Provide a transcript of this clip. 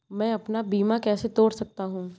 मैं अपना बीमा कैसे तोड़ सकता हूँ?